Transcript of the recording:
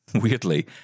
weirdly